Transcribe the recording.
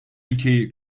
ülkeyi